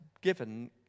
given